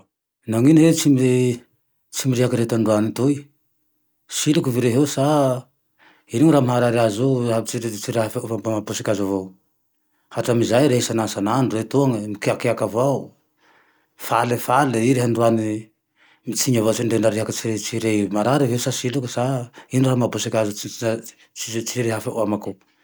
Nanino rehe tsy mi- tsy mirehake rehe tandroany toy? Siloky va rehe eo sa? Ino raha maharary azo io mampitsiriry tsy hafa fa mampibodoky azo avao, hatramezay rehe isan'andro san'andro etoany mikiakiaky avao, falefale, i rehe androany mitsiny avao ndre rehaky tsy re io. Marary ve sa siloky sa ino maha bosake azo io, sa tsy irehafao amako